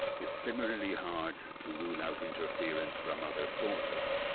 it's similarly hard to rule out interference from other sources,